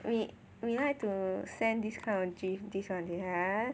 we we like to send this kind of GIF this one 等一下 ah